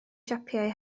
siapau